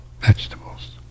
vegetables